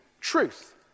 truth